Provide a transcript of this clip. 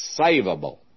savable